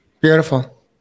Beautiful